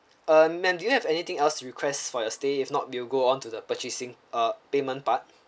err ma'am do you have anything else requests for your stay if not we'll go on to the purchasing uh payment part